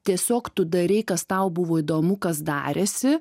tiesiog tu darei kas tau buvo įdomu kas darėsi